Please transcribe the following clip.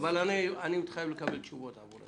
אבל אני מתחייב לקבל תשובות עבור השאלות שלך.